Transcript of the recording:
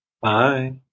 Bye